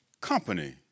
company